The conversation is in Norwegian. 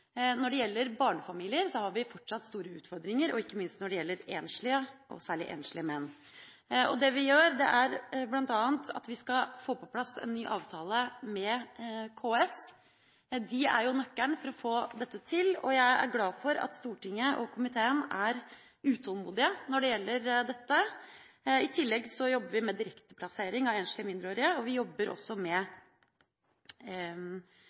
Når det gjelder barnefamilier, har vi fortsatt store utfordringer, og også – ikke minst – når det gjelder enslige, særlig enslige menn. Det vi gjør, er bl.a. å få på plass en ny avtale med KS. De er jo nøkkelen for å få dette til, og jeg er glad for at Stortinget og komiteen er utålmodige når det gjelder dette. I tillegg jobber vi med direkteplassering av enslige mindreårige, og vi jobber også med